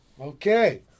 okay